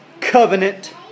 covenant